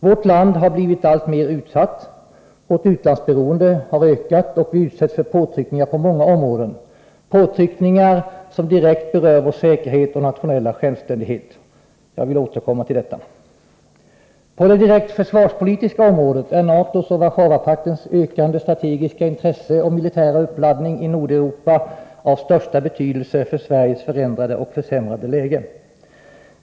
Vårt land har blivit alltmer utsatt, vårt utlandsberoende har ökat och vi utsätts för påtryckningar på många områden, påtryckningar som direkt berör vår säkerhet och nationella självständighet. Jag vill återkomma till detta. På det direkt försvarspolitiska området är NATO:s och Warszawapaktens ökande, strategiska intresse och militära uppladdning i Nordeuropa av största betydelse för Sveriges förändrade och försämrade läge.